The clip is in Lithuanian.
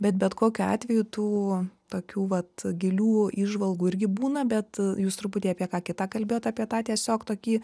bet bet kokiu atveju tų tokių vat gilių įžvalgų irgi būna bet jūs truputį apie ką kita kalbėjot apie tą tiesiog tokį